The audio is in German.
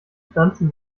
pflanzen